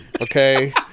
okay